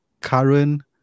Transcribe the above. current